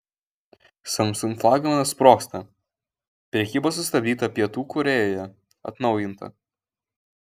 samsung flagmanas sprogsta prekyba sustabdyta pietų korėjoje atnaujinta